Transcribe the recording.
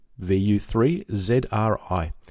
VU3ZRI